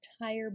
entire